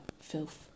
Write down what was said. Filth